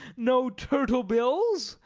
no turtle-bills.